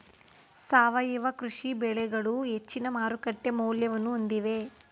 ಸಾವಯವ ಕೃಷಿ ಬೆಳೆಗಳು ಹೆಚ್ಚಿನ ಮಾರುಕಟ್ಟೆ ಮೌಲ್ಯವನ್ನು ಹೊಂದಿವೆ